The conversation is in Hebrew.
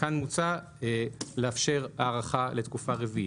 וכאן מוצע לאפשר הארכה לתקופה רביעית.